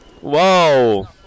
Whoa